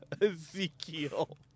Ezekiel